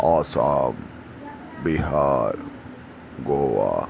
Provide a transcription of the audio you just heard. Assam Bihar Goa